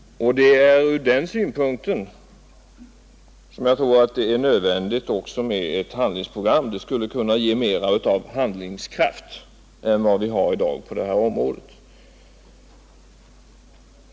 Det är från den synpunkten som jag tror att det är nödvändigt att ha ett handlingsprogram; det skulle kunna ge mera av handlingskraft än vad vi har i dag på detta område.